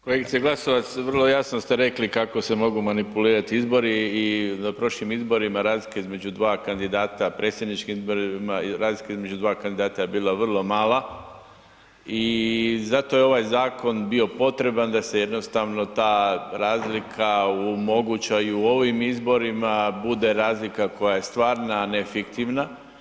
Kolegice Glasovac, vrlo jasno ste rekli kako se mogu manipulirati izbori i na prošlim izborima, razlika između dva kandidata, predsjedničkim izborima, razlika između dva kandidata je bila vrlo mala i zato je ovaj zakon bio potreban da se jednostavno ta razlika u moguće i ovim izborima, bude razlika koja je stvarna a ne fiktivna.